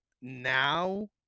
now